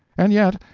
and yet,